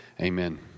Amen